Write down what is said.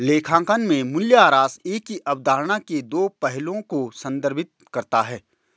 लेखांकन में मूल्यह्रास एक ही अवधारणा के दो पहलुओं को संदर्भित करता है